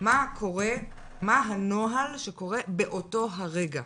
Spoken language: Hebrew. מה הנוהל שקורה באותו הרגע?